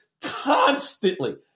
constantly